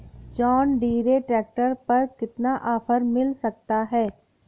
John Deere tractor पर कितना offer मिल सकता है?